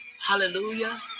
hallelujah